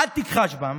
/ אל תכחש בם